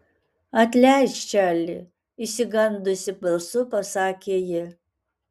atleisk čarli išsigandusi balsu pasakė ji